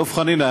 דב חנין,